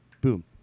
boom